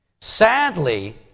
Sadly